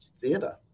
theatre